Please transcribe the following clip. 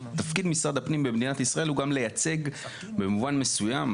תפקיד משרד הפנים במדינת ישראל הוא גם לייצג במובן מסוים,